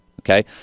Okay